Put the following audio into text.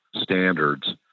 standards